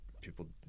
people